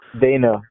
dana